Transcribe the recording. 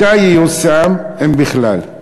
מתי ייושם, אם בכלל?